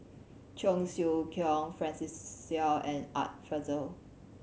Cheong Siew Keong Francis Seow and Art Fazil